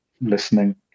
listening